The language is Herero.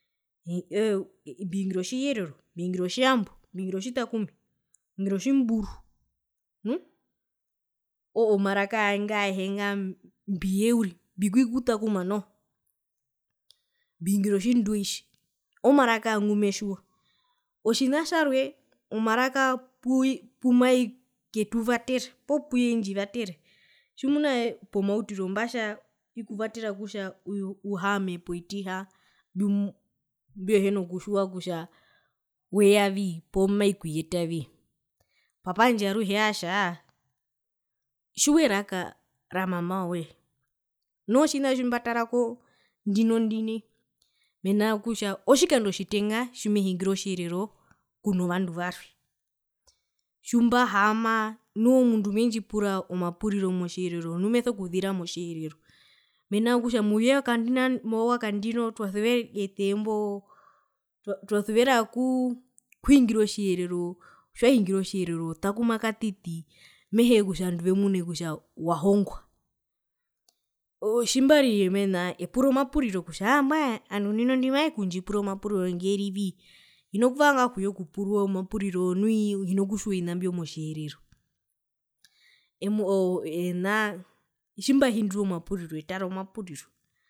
Ee mbihingira otjiherero, mbihingira otjitakume mbihingira otjimburu uuummm omaraka nga aehe nga mbiyeii uriri mbikwii okutakuma noho mbihingira otjindweitji omaraka ngmetjiwa, otjina tjarwe omara pumaeketuvatera poo puyendjivatera tjimuna pomautiro mbatja ikuvatera kutja uhaama povitiha mbihina kutjiwa kutja weyavii poo maikuyetavii tate wandje eye aatja tjiwa eraka ra mama woye nu otjina kumbatarako ndino ndi nai mena rokutja otjikando tjitenga kumehingire otjiherero kuno vandu varwe tjimbahaama nu omundu mendjipura omapuriro motjiherero nu meso kuzira motjiherero mena rokutja mouye wakandino mwakandino ete imboo twasuvera okuu okuhingira otjiherero tjiwahingire otjiherero otakuma katiti mehee kutja ovandu vemune kutja wahongwa mehee otjimbari amena epura omapuriro kutja haa mbwae ovandu ndino ndi mavekundjipura omapuriro ngeri vii hina kuvanga okuyekupurwa omapuriro nu hina kutjiwa ovina mbio motjiherero oo ena tjimbahindirwa omapuriro etara omapuriro.